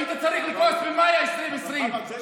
היית צריך לכעוס במאי 2020. אבל חמד,